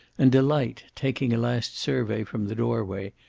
and delight, taking a last survey, from the doorway,